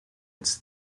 its